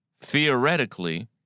theoretically